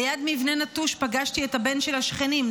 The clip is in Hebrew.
ליד מבנה נטוש פגשתי את הבן של השכנים,